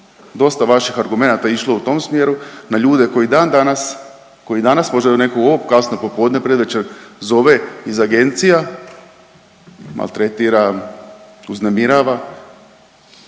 dosta vaših argumenata je išlo u tom smjeru, na ljude koji dan danas, koji danas možda u ovo kasno popodne, predvečer zove iz agencija, maltretira, uznemirava